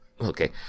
okay